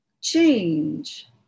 change